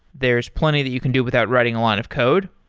there's plenty that you can do without writing a lot of code,